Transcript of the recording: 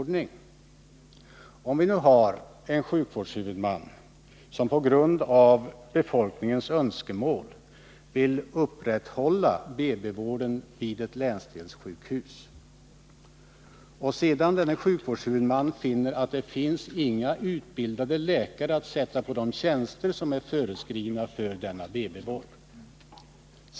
Antag att vi har en sjukvårdshuvudman som på grund av befolkningens önskemål vill upprätthålla BB-vården vid ett länsdelssjukhus och att denne finner att det inte finns några utbildade läkare att placera på de tjänster som är föreskrivna för denna BB-vård.